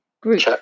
group